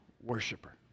worshiper